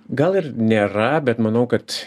gal ir nėra bet manau kad